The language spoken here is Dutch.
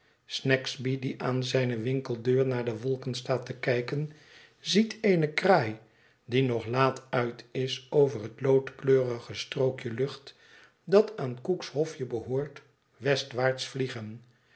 snagsby die aan zijne winkeldeur naar de wolken staat te kijken ziet eene kraai die nog laat uit is over het loodkleurige strookje lucht dat aan cook's hofje behoort westwaarts vliegen